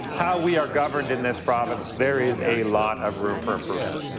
how we are governed in this province, there is a lot of room for improvement.